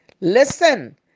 Listen